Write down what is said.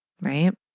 Right